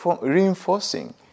reinforcing